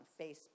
Facebook